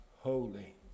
holy